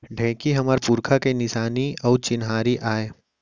ढेंकी हमर पुरखा के निसानी अउ चिन्हारी आय